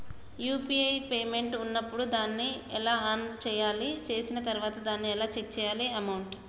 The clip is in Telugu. యూ.పీ.ఐ పేమెంట్ ఉన్నప్పుడు దాన్ని ఎలా ఆన్ చేయాలి? చేసిన తర్వాత దాన్ని ఎలా చెక్ చేయాలి అమౌంట్?